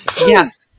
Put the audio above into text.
Yes